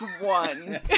one